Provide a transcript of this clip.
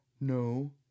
No